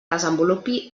desenvolupi